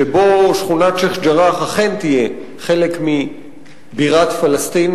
שבו שכונת שיח'-ג'ראח אכן תהיה חלק מבירת פלסטין,